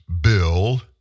bill